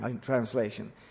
translation